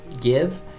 give